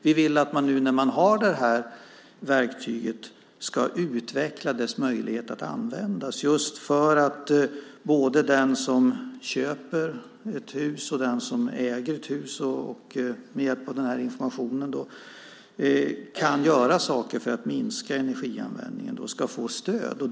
Vi vill att man, nu när man har det här verktyget, ska utveckla dess möjligheter att användas, just för att både den som köper ett hus och den som äger ett hus med hjälp av den här informationen kan göra saker för att minska energianvändningen och då ska få stöd.